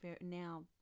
now